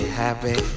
happy